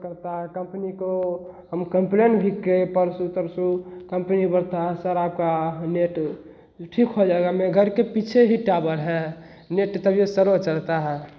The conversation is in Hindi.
पकड़ता है कंपनी को हम कंप्लेंट भी किए परसों तरसों कंपनी बोलता है सर आपका नेट ठीक हो जाएगा मेरे घर के पीछे ही टावर है नेट तभी स्लो चलता है